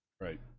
Right